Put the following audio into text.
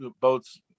boats